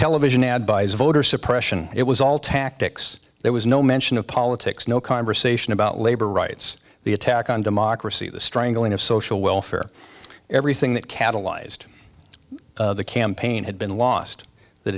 television ad buys voter suppression it was all tactics there was no mention of politics no conversation about labor rights the attack on democracy the strangling of social welfare everything that catalyzed the campaign had been lost that